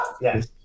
Yes